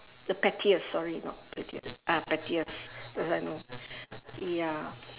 the pettiest sorry not prettiest ah pettiest uh I know ya